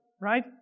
right